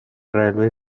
railway